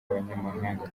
abanyamahanga